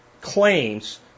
claims